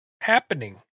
happening